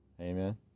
amen